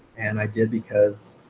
and i did because